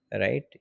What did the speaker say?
Right